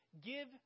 Give